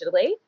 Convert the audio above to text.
digitally